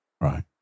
Right